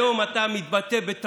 היום אתה מתבטא, בטעויות,